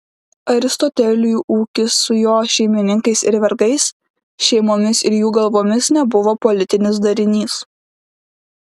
aristoteliui ūkis su jo šeimininkais ir vergais šeimomis ir jų galvomis nebuvo politinis darinys